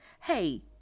Hey